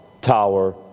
Tower